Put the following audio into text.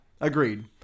Agreed